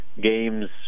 games